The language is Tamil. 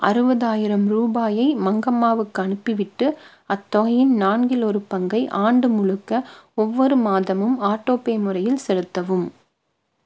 அறுபதாயிரம் ரூபாயை மங்கம்மாவுக்கு அனுப்பிவிட்டு அத்தொகையின் நான்கில் ஒரு பங்கை ஆண்டு முழுக்க ஒவ்வொரு மாதமும் ஆட்டோபே முறையில் செலுத்தவும்